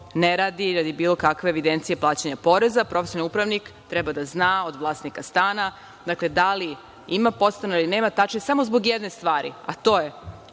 radi bilo kakve evidencije plaćanja poreza. Profesionalni upravnik treba da zna od vlasnika stana da li ima podstanara ili nema samo zbog jedne stvari, a to je